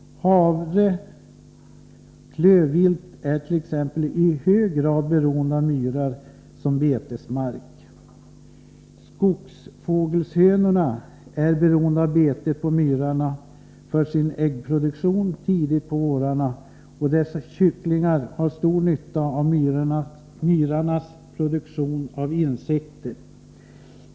Hare och klövvilt är t.ex. i hög grad beroende av myrar som betesmark. Skogsfågelhönorna är beroende av betet på myrarna för sin äggproduktion tidigt på vårarna, och deras kycklingar har stor nytta av myrarnas produktion av insekter.